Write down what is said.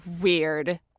weird